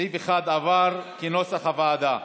סעיף 1 עבר כנוסח הוועדה.